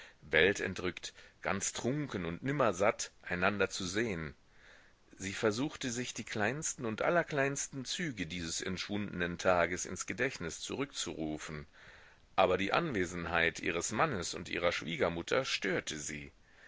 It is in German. weltentrückt ganz trunken und nimmer satt einander zu sehen sie versuchte sich die kleinsten und allerkleinsten züge dieses entschwundenen tages ins gedächtnis zurückzurufen aber die anwesenheit ihres mannes und ihrer schwiegermutter störte sie